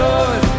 Lord